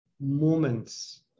moments